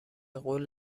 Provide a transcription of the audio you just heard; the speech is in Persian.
قول